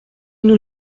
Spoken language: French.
nous